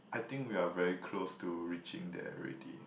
I think we're very close to reaching there already